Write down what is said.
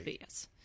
yes